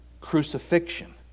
crucifixion